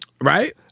Right